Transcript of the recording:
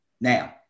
now